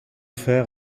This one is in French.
fer